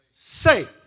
Say